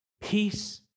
peace